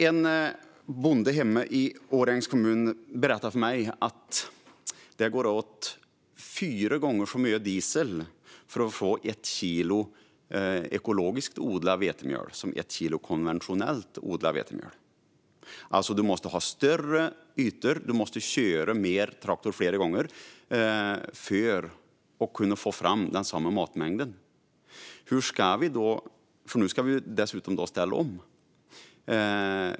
En bonde hemma i Årjängs kommun berättade för mig att det går åt fyra gånger så mycket diesel för att få ett kilo ekologiskt odlat vetemjöl som för att få ett kilo konventionellt odlat vetemjöl. Man måste alltså ha större ytor och köra traktor fler gånger för att få fram samma matmängd. Och nu ska vi dessutom ställa om.